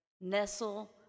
nestle